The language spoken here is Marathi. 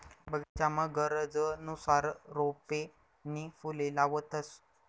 बगीचामा गरजनुसार रोपे नी फुले लावतंस